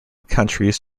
countries